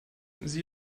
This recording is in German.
sie